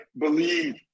believe